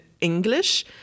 English